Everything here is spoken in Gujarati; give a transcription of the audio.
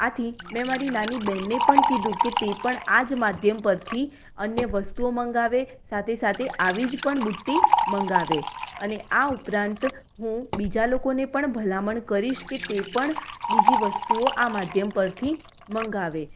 આથી મેં મારી નાની બહેનને પણ કીધું કે તે પણ આ જ માધ્યમ પરથી અન્ય વસ્તુઓ મગાવે સાથે સાથે આવી જ પણ બુટ્ટી મગાવે અને આ ઉપરાંત હું બીજા લોકોને પણ ભલામણ કરીશ કે તે પણ બીજી વસ્તુઓ આ માધ્યમ પરથી મગાવે